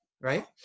Right